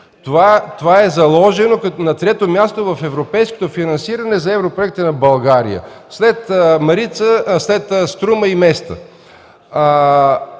Това е заложено като на трето място в европейското финансиране за европроектите на България – след Струма и Места.